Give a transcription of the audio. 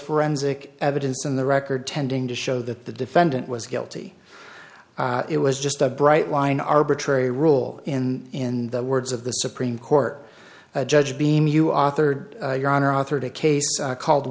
forensic evidence in the record tending to show that the defendant was guilty it was just a bright line arbitrary rule in the words of the supreme court judge beam you are third your honor authored a case called